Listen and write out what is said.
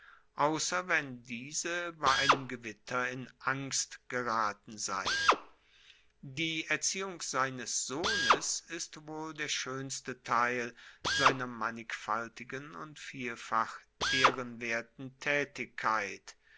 ausser wenn diese bei einem gewitter in angst geraten sei die erziehung seines sohnes ist wohl der schoenste teil seiner mannigfaltigen und vielfach ehrenwerten taetigkeit